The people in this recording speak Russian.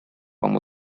вам